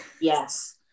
Yes